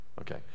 okay